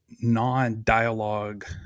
non-dialogue